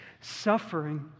suffering